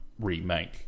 remake